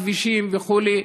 כבישים וכו',